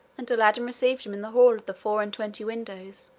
and aladdin received him in the hall of the four-and-twenty windows,